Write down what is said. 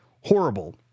Horrible